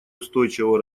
устойчивого